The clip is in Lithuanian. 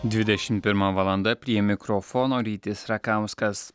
dvidešim pirma valanda prie mikrofono rytis rakauskas